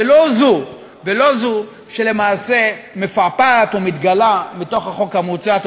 ולא זו שלמעשה מפעפעת או מתגלה מתוך החוק המוצע.